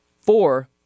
four